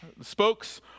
Spokes